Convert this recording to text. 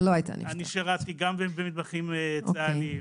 שירתי גם במטבחים צה"ליים,